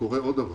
קורה עוד דבר.